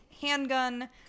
handgun